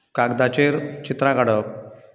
कागदांचेर चित्रां काडप